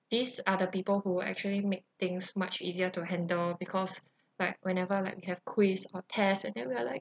these are the people who actually make things much easier to handle because like whenever like we have quiz or test and then we are like